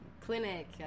clinic